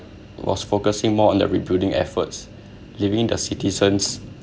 was focusing more on the rebuilding efforts leaving their citizens